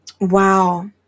Wow